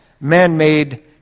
man-made